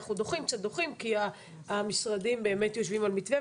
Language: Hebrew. אנחנו דוחים כי המשרדים באמת יושבים על מתווה,